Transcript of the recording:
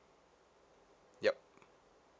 yup